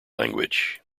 language